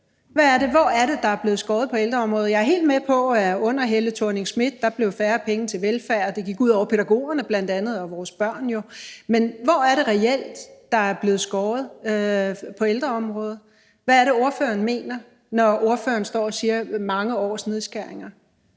Hvor er det, der er blevet skåret på ældreområdet? Jeg er helt med på, at der under Helle Thorning-Schmidt blev færre penge til velfærd, og at det gik ud over bl.a. pædagogerne – og vores børn jo. Men hvor er det reelt, der er blevet skåret på ældreområdet? Hvad er det, ordføreren mener, når ordføreren står og siger mange års nedskæringer?